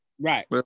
Right